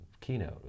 keynote